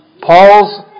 Paul's